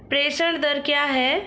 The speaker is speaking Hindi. प्रेषण दर क्या है?